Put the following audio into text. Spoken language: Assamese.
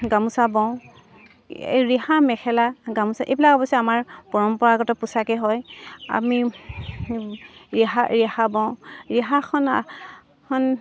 গামোচা বওঁ ৰিহা মেখেলা গামোচা এইবিলাক অৱশ্যে আমাৰ পৰম্পৰাগত পোচাকে হয় আমি ৰিহা ৰিহা বওঁ ৰিহাখন